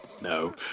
No